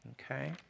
Okay